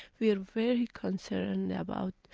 we are very concerned about